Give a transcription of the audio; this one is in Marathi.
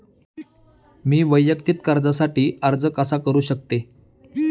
मी वैयक्तिक कर्जासाठी अर्ज कसा करु शकते?